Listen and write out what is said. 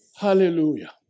Hallelujah